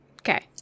Okay